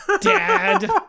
dad